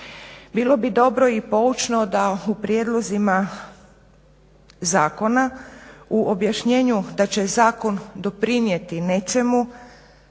Bilo bi dobro i poučno da u prijedlozima zakona u objašnjenju da će zakon doprinijeti nečemu